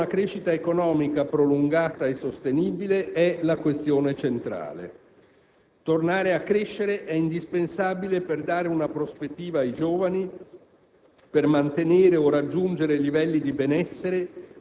Esso si riassume così: il ritorno a una crescita economica prolungata e sostenibile è la questione centrale. Tornare a crescere è indispensabile per dare una prospettiva ai giovani,